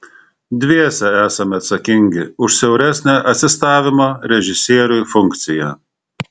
dviese esame atsakingi už siauresnę asistavimo režisieriui funkciją